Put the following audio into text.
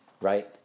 right